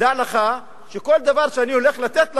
דע לך שכל דבר שאני הולך לתת לך,